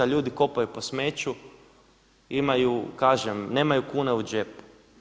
Ljudi kopaju po smeću, imaju kažem nemaju kune u džepu.